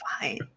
fine